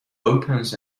opens